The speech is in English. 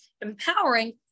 empowering